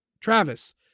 Travis